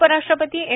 उपराष्ट्रपती एम